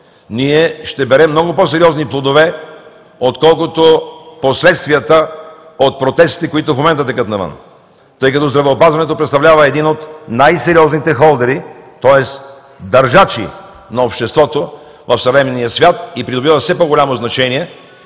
ние ще берем много по-сериозни плодове, отколкото последствията от протестите, които в момента текат навън, тъй като здравеопазването представлява един от най-сериозните холдери – тоест държачи на обществото в съвременния свят, и придобива все по-голямо значение,